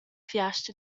fiasta